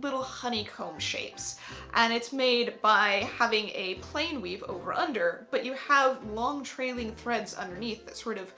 little honeycomb shapes and it's made by having a plane weave over under but you have long trailing threads underneath that sort of